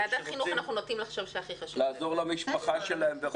יש מי שחושבים שהכי חשוב לעזור למשפחה שלהם וכולי.